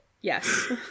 Yes